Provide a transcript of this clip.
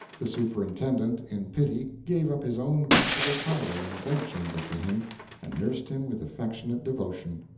the superintendent, in pity, gave up his own comfortable parlor and bedchamber to him and nursed him with affectionate devotion.